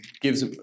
gives